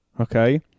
okay